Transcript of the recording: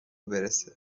برسه